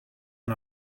and